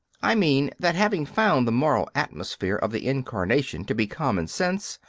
i mean that having found the moral atmosphere of the incarnation to be common sense,